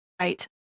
right